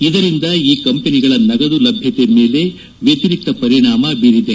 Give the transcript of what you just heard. ಇದರಿಂದ ಈ ಕಂಪನಿಗಳ ನಗದು ಲಭ್ಯತೆ ಮೇಲೆ ವ್ಯತಿರಿಕ್ತ ಪರಿಣಾಮ ಬೀರಿದೆ